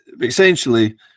essentially